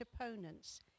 opponents